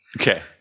okay